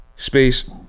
Space